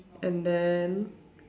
and then